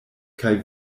kaj